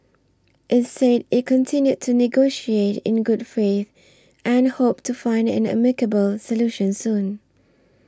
it said it continued to negotiate in good faith and hoped to find an amicable solution soon